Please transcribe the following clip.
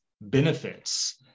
benefits